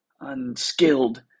unskilled